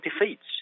defeats